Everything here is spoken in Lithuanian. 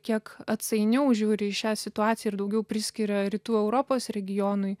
kiek atsainiau žiūri į šią situaciją ir daugiau priskiria rytų europos regionui